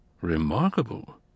Remarkable